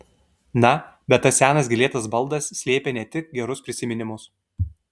na bet tas senas gėlėtas baldas slėpė ne tik gerus prisiminimus